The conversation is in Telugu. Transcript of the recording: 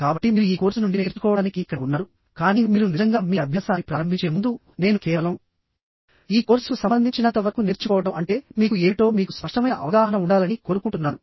కాబట్టి మీరు ఈ కోర్సు నుండి నేర్చుకోవడానికి ఇక్కడ ఉన్నారు కానీ మీరు నిజంగా మీ అభ్యాసాన్ని ప్రారంభించే ముందు నేను కేవలం ఈ కోర్సుకు సంబంధించినంతవరకు నేర్చుకోవడం అంటే మీకు ఏమిటో మీకు స్పష్టమైన అవగాహన ఉండాలని కోరుకుంటున్నాను